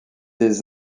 des